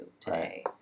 today